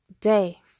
day